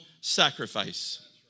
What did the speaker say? sacrifice